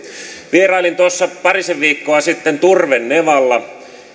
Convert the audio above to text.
vierailin tuossa parisen viikkoa sitten turvenevalla